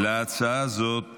להצעה הזאת